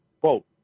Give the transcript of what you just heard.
Quote